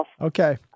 Okay